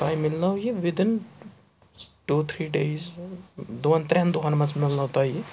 تۄہہِ مِلنو یہِ وِداِن ٹوٗ تھرٛی ڈیز دۄن ترٛٮ۪ن دۄہَن منٛز مِلنو تۄہہِ یہِ